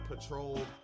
patrolled